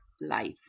life